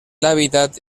hábitat